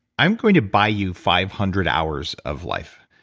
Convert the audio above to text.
i'm going to buy you five hundred hours of life.